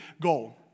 goal